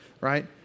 right